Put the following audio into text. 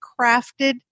crafted